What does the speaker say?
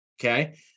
okay